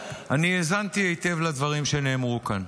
האזנתי היטב לדברים שנאמרו כאן.